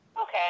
Okay